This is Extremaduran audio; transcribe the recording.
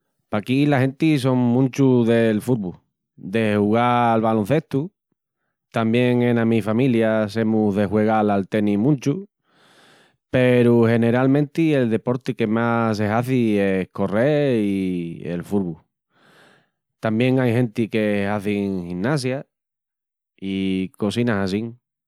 Paquí la genti son munchu del fulbu, de jugal al baloncestu, tamién ena mi familia semus de juegal al teni munchu, peru generalmenti el deporti que más se hazi es correl i el fulbu, tamién aín genti que hazin ginasia i cosinas assín.